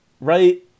right